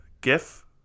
GIF